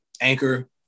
Anchor